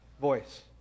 voice